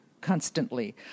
constantly